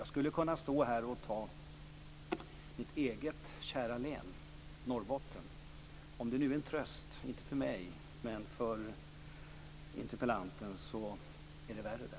Jag skulle kunna stå här och ta mitt eget kära län, Norrbotten, som exempel. Om det nu är en tröst, inte för mig, men för interpellanten, så är det värre där.